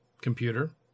computer